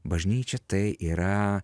bažnyčia tai yra